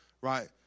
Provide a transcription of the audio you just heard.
right